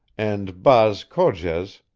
and baas cogez,